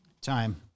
Time